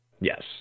yes